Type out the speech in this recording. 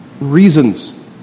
reasons